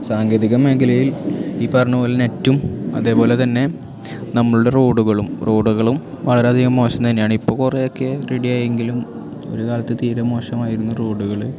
സാങ്കേതിക മേഖലയില് ഈ പറഞ്ഞ പോലെ നെറ്റും അതെപോലെതന്നെ നമ്മളുടെ റോഡുകളും റോഡുകളും വളരെ അധികം മോശം തന്നെയാണ് ഇപ്പോൾ കുറെ ഒക്കെ റെഡിയായി എങ്കിലും ഒര് കാലത്ത് തീരെ മോശമായിരുന്നു റോഡുകള്